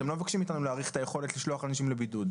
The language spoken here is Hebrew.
אתם לא מבקשים מאיתנו להאריך את היכולת לשלוח את האנשים לבידוד.